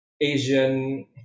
Asian